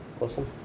awesome